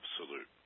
absolute